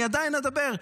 אני עדיין אדבר.